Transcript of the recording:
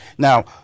Now